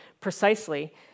precisely